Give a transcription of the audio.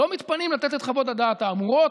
ולא מתפנים לתת את חוות הדעת האמורות.